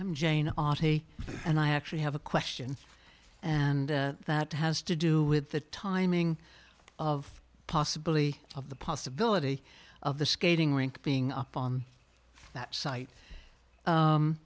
i'm jane audie and i actually have a question and that has to do with the timing of possibly of the possibility of the skating rink being up on that site